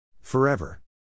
Forever